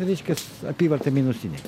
reiškias apyvarta minusinė